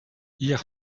hier